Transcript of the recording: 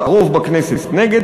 הרוב בכנסת נגד,